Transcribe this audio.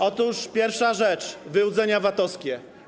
Otóż pierwsza rzecz - wyłudzenia VAT-owskie.